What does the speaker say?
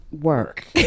work